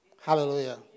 Hallelujah